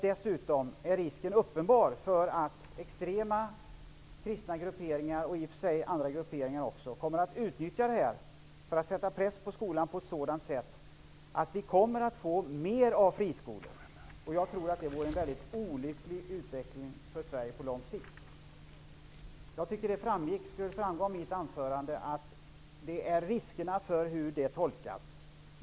Dessutom är risken uppenbar att extrema kristna grupperingar -- och även andra grupperingar -- kommer att utnyttja det här för att sätta press på skolan på ett sådant sätt att det kommer att bli fler friskolor. Jag tror att det vore en väldigt olycklig utveckling för Sverige på lång sikt. Det borde ha framgått av mitt anförande att riskerna ligger i hur detta tolkas.